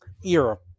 Europe